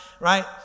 Right